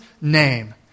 name